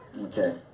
Okay